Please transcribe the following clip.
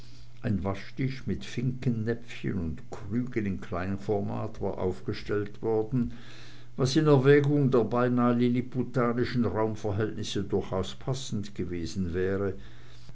ein waschtisch mit finkennäpfchen und krügen in kleinformat war aufgestellt worden was in erwägung der beinah liliputanischen raumverhältnisse durchaus passend gewesen wäre